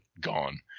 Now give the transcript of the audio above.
gone